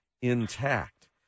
intact